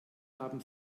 haben